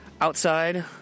outside